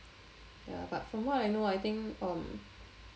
ya but from what I know I think um